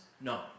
No